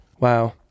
Wow